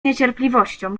niecierpliwością